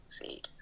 feed